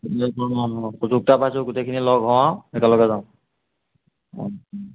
সুযোগ এটা পাইছোঁ গোটেইখিনিয়ে লগ হওঁ আৰু একেলগে যাওঁ